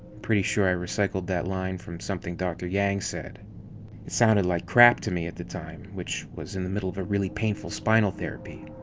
pretty sure i recycled that line from something dr. yang said. it sounded like crap to me at the time, which was in the middle of a really painful spinal therapy.